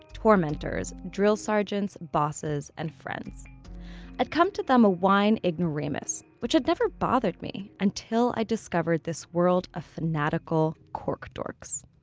tormentors, drill sergeants, bosses, and friends i'd come to them a wine ignoramus, which had never bothered me until i discovered this world of fanatical cork dorks.